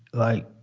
like,